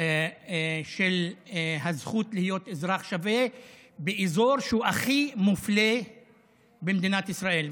של הזכות להיות אזרח שווה באזור שהוא הכי מופלה במדינת ישראל,